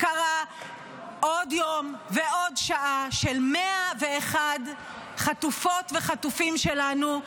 הפקרה עוד יום ועוד שעה של 101 חטופות וחטופים שלנו,